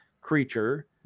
creature